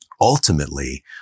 Ultimately